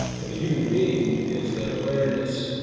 but the human being is that awareness